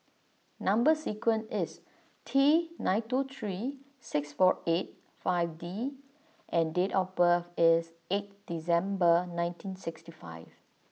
number sequence is T nine two three six four eight five D and date of birth is eight December nineteen sixty five